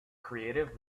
creative